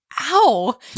ow